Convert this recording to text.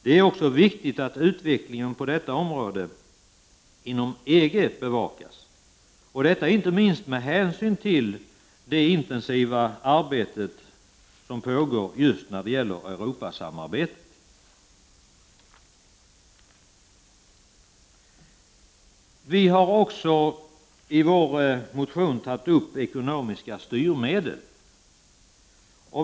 Det är viktigt att utvecklingen på området inom EG bevakas, inte minst med tanke på det intensiva arbete som pågår inom Europasamarbetet. Vi har vidare i vår motion tagit upp ekonomiska styrmedel.